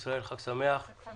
הישיבה ננעלה בשעה